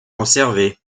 conservé